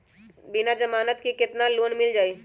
बिना जमानत के केतना लोन मिल जाइ?